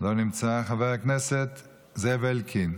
לא נמצא, חבר הכנסת זאב אלקין,